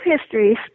histories